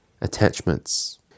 attachments